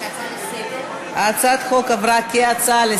התשע"ה 2015,